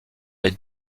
les